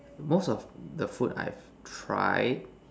most of the food that I have tried